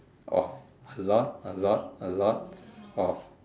of a lot a lot a lot of